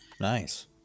nice